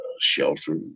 shelter